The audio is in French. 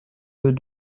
deux